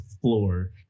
floor